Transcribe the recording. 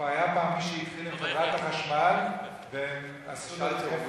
כבר היה פעם מי שהתחיל עם חברת החשמל והם עשו לו התקף לב,